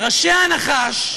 ראשי הנחש,